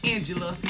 Angela